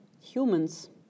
humans